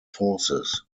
forces